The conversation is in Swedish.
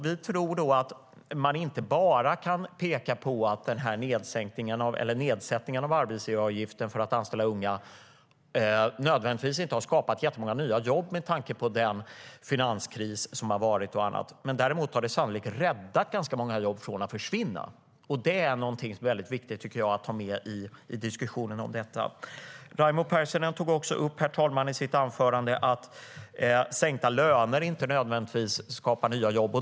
Vi menar att det är viktigt.I sitt anförande tog också Raimo Pärssinen upp att sänkta löner inte nödvändigtvis skapar nya jobb.